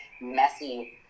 messy